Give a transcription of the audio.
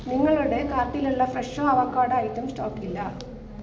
നിങ്ങളുടെ കാർട്ടിലുള്ള ഫ്രെഷോ അവോക്കാഡോ ഐറ്റം സ്റ്റോക്കില്ല